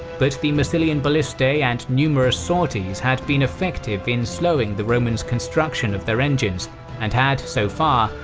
but the massilian ballistae and numerous sorties had been effective in slowing the romans' construction of their engines and had, so far,